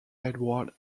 edward